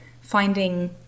finding